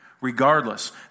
regardless